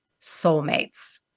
soulmates